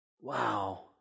Wow